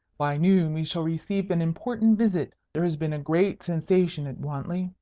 by noon we shall receive an important visit. there has been a great sensation at wantley.